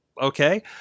Okay